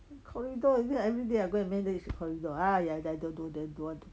corridor then I everyday go and manage the corridor !aiya! then don't wan~ don't want